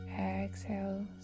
exhale